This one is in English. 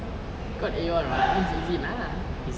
you got a one [what] that means easy lah